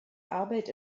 arbeit